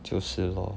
就是 lor